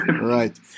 Right